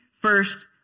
first